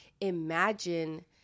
imagine